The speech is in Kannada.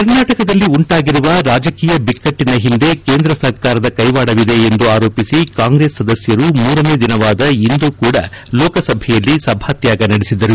ಕರ್ನಾಟಕದಲ್ಲಿ ಉಂಟಾಗಿರುವ ರಾಜಕೀಯ ಬಿಕ್ಕಟ್ಟನ ಹಿಂದೆ ಕೇಂದ್ರ ಸರ್ಕಾರದ ಕೈವಾಡವಿದೆ ಎಂದು ಆರೋಪಿಸಿ ಕಾಂಗ್ರೆಸ್ ಸದಸ್ಟರು ಮೂರನೇ ದಿನವಾದ ಇಂದು ಕೂಡಾ ಲೋಕಸಭೆಯಲ್ಲಿ ಸಭಾತ್ವಾಗ ನಡೆಸಿದರು